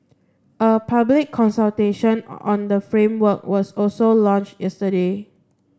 a public consultation on the framework was also launch yesterday